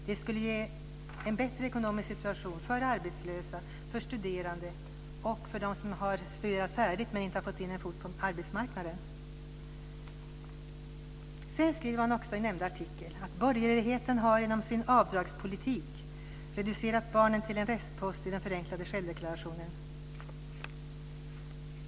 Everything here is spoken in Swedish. Det skulle ge en bättre ekonomisk situation för arbetslösa, för studerande och för dem som har studerat färdigt men inte fått in en fot på arbetsmarknaden. Sedan skriver man också i nämnda artikel: "Borgerligheten har genom sin avdragspolitik reducerat barnen till en restpost i den förenklade självdeklarationen."